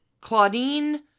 Claudine